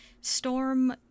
Storm